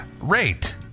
rate